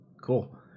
cool